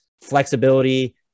flexibility